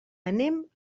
anem